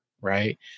right